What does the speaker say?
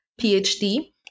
PhD